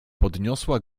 podniosła